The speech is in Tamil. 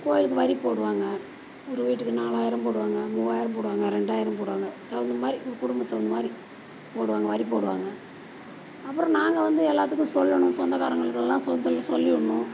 கோயிலுக்கு வரி போடுவாங்க ஒரு வீட்டுக்கு நாலாயிரம் போடுவாங்க மூவாயிரம் போடுவாங்க ரெண்டாயிரம் போடுவாங்க தகுந்தமாதிரி குடும்பத்துக்கு தகுந்தமாதிரி போடுவாங்க வரி போடுவாங்க அப்புறம் நாங்கள் வந்து எல்லாத்துக்கும் சொல்லணும் சொந்தக்காரங்களுக்கெல்லாம் சொந்தத்தில் சொல்லி விட்ணும்